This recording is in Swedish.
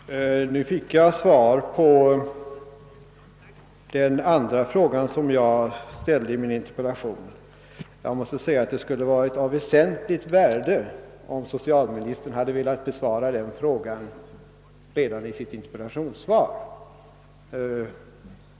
Herr talman! Nu fick jag svar på den andra fråga som jag ställde i min interpellation. Det skulle ha varit av väsentligt värde om socialministern hade velat besvara den redan i sitt interpellationssvar.